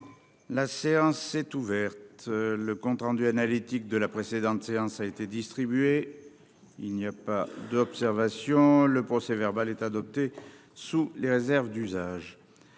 La séance est ouverte, le compte rendu analytique de la précédente séance a été distribué, il n'y a pas d'observation, le procès verbal est adopté sous les réserves d'usage